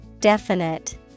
Definite